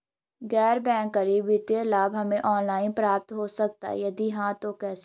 गैर बैंक करी वित्तीय लाभ हमें ऑनलाइन प्राप्त हो सकता है यदि हाँ तो कैसे?